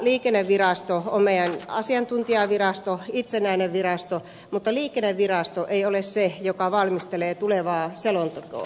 liikennevirasto on meidän asiantuntijavirastomme itsenäinen virasto mutta liikennevirasto ei ole se joka valmistelee tulevaa selontekoa